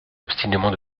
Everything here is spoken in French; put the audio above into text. obstinément